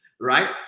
right